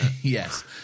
Yes